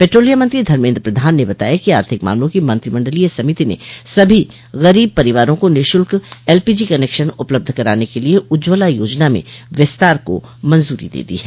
petroleum मंत्री धर्मेन्द्र प्रधान ने बताया कि आर्थिक मामलों की मंत्रिमंडलीय समिति ने सभी गरीब परिवारों को निःशुल्क एलपीजी कनेक्शन उपलब्ध कराने के लिए उज्ज्वला योजना में विस्तार को मंजूरी दे दी है